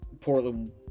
Portland